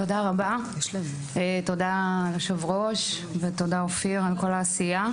תודה, היושב-ראש, ותודה, אופיר, על כל העשייה.